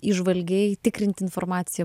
įžvalgiai tikrint informaciją